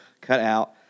cutout